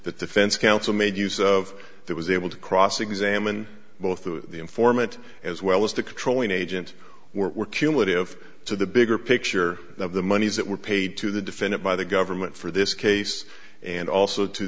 that defense counsel made use of that was able to cross examine both of the informant as well as to control an agent were cumulative to the bigger picture of the monies that were paid to the defendant by the government for this case and also to